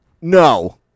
No